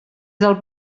del